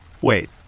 Wait